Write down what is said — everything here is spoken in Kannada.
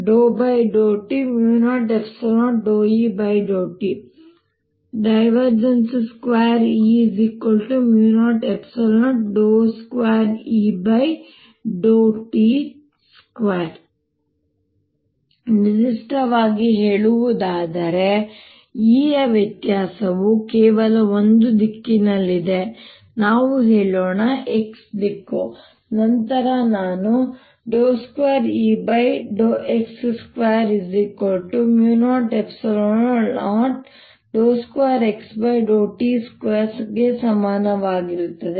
E 2E ∂t00E∂t 2E002Et2 ನಿರ್ದಿಷ್ಟವಾಗಿ ಹೇಳುವುದಾದರೆ E ಯ ವ್ಯತ್ಯಾಸವು ಕೇವಲ ಒಂದು ದಿಕ್ಕಿನಲ್ಲಿದ್ದರೆ ನಾವು ಹೇಳೋಣ x ದಿಕ್ಕು ನಂತರ ನಾನು 2Ex2002xt2 ಸಮಾನವಾಗಿರುತ್ತದೆ